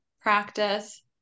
practice